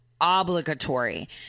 obligatory